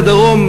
מהדרום,